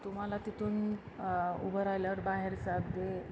तुम्हाला तिथून उभं राहायला बाहेरचं अगदी